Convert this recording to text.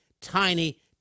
tiny